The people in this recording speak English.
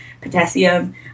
potassium